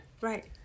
Right